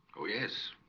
oh yes,